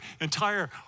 entire